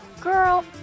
Girl